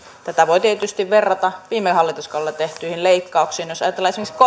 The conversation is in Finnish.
tätä voi tietysti verrata viime hallituskaudella tehtyihin leikkauksiin jos ajatellaan esimerkiksi